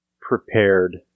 prepared